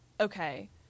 okay